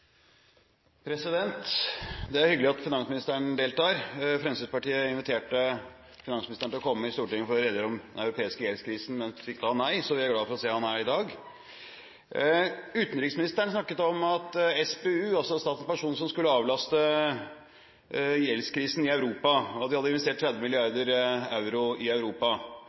til Stortinget for å redegjøre om den europeiske gjeldskrisen, men fikk da nei, så vi er glad for å se ham her i dag. Utenriksministeren snakket om at SPU, altså Statens pensjonsfond utland, skulle avlaste gjeldskrisen i Europa. De hadde investert 30 mrd. euro i Europa.